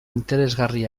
interesgarri